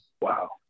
wow